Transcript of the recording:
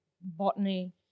botany